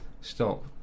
Stop